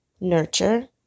nurture